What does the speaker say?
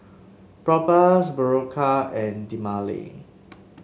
Propass Berocca and Dermale